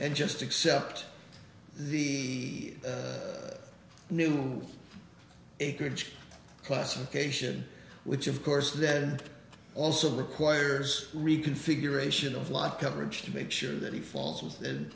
and just accept the new acreage classification which of course then also requires reconfiguration of live coverage to make sure that he falls